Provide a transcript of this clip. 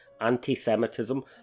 Anti-Semitism